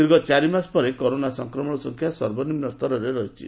ଦୀର୍ଘ ଚାରିମାସ ପରେ କରୋନା ସଂକ୍ରମଣ ସଂଖ୍ୟା ସର୍ବନିମ୍ପସ୍ତରରେ ରହିଛି